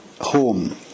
home